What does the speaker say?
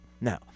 Now